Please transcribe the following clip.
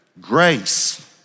Grace